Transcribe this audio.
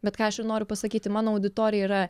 bet ką aš ir noriu pasakyti mano auditorija yra